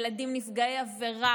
ילדים נפגעי עבירה.